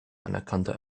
anerkannter